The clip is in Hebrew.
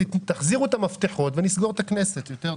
תחזירו את המפתחות ונסגור את הכנסת, זה עדיף.